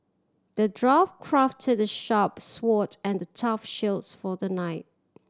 the dwarf crafted the sharp sword and the tough shield for the knight